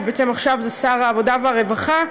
שבעצם עכשיו זה שר העבודה והרווחה,